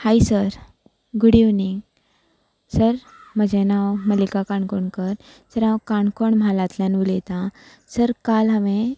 हाय sir good evening sir म्हजें नांव Malika Kankonkar sir हांव काणकोण म्हालांतल्यान उलयतां सर काल हांवें